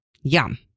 Yum